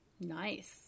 nice